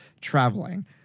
traveling